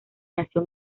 nació